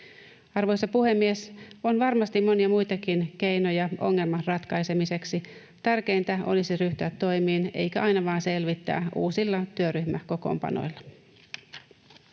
Arvoisa puhemies! On varmasti monia muitakin keinoja ongelman ratkaisemiseksi. Tärkeintä olisi ryhtyä toimiin eikä aina vain selvittää uusilla työryhmäkokoonpanoilla.